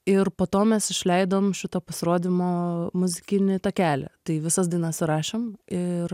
ir po to mes išleidom šito pasirodymo muzikinį takelį tai visas dainas surašėm ir